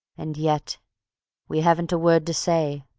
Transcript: and yet we haven't a word to say.